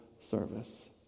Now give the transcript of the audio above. service